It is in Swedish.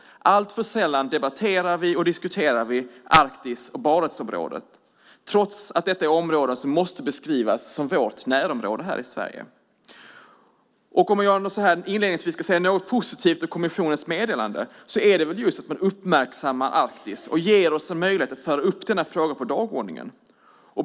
Alltför sällan debatterar och diskuterar vi Arktis och Barentsområdet, trots att detta är områden som måste beskrivas som vårt närområde. Om jag inledningsvis ska säga något positivt om kommissionens meddelande är det väl just att det uppmärksammar Arktis och ger oss möjlighet att föra upp denna fråga på dagordningen.